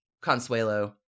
Consuelo